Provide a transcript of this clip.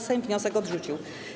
Sejm wniosek odrzucił.